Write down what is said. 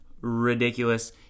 ridiculous